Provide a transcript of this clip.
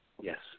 Yes